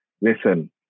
Listen